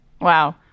Wow